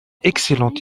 excellente